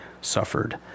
suffered